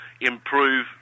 improve